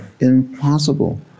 impossible